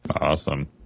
Awesome